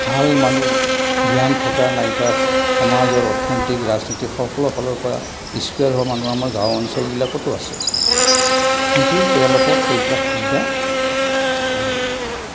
ভাল মানুহ জ্ঞান থকা নাইবা সমাজৰ অৰ্থনৈতিক ৰাজনৈতিক সকলো ফালৰ পৰা মানুহ আমাৰ গাঁও অঞ্চলবিলাকতো আছে কিন্তু তেওঁলোকক সেইবিলাক সুবিধা নিদিয়ে